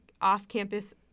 off-campus